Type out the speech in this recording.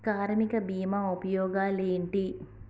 కార్మిక బీమా ఉపయోగాలేంటి?